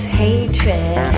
hatred